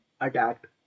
attacked